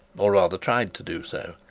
or rather tried to do so.